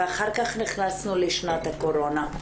ואחר כך נכנסנו לשנת הקורונה.